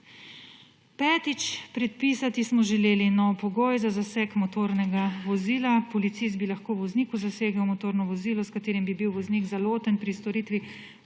Petič, predpisati smo želeli nov pogoj za zaseg motornega vozila, policist bi lahko vozniku zasegel motorno vozilo, s katerim bi bil voznik zaloten pri storitvi